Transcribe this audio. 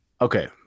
okay